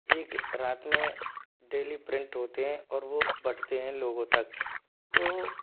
एक रात में डेली प्रिंट होते हैं और वो बटते हैं लोगों तक तो